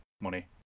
money